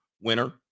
winner